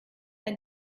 ein